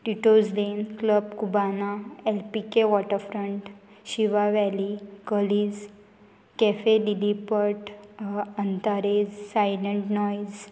Tito's den club Cubana LPK waterfront Shiva valley Curlies cafe Lilliput Antares silent noise